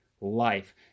life